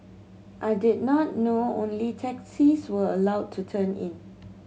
I did not know only taxis were allowed to turn in